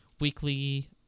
weekly